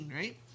right